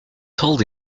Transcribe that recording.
told